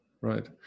Right